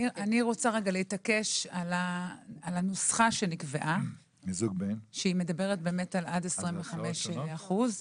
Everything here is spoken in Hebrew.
אני רוצה להתעקש על הנוסחה שנקבעה שמדברת על עד 25 אחוזים